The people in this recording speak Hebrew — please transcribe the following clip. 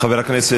חברי היקר,